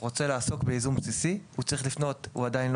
רוצה לעסוק בייזום בסיסי והוא עדיין לא